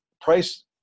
Price